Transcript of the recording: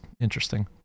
interesting